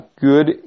Good